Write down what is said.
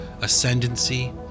ascendancy